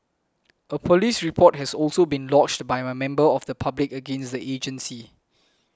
a police report has also been lodged by a member of the public against the agency